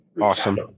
Awesome